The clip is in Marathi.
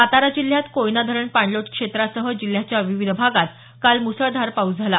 सातारा जिल्ह्यात कोयना धरण पाणलोट क्षेत्रासह जिल्ह्याच्या विविध भागात काल मुसळधार झाला